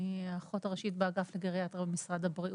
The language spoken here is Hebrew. אני האחות הראשית באגף לגריאטריה במשרד הבריאות.